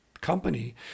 company